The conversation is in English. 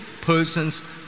persons